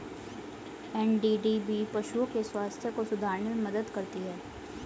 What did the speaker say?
NDDB पशुओं के स्वास्थ्य को सुधारने में मदद करती है